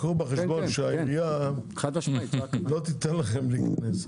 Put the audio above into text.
קחו בחשבון שהעירייה לא תיתן לכם להיכנס,